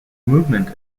movement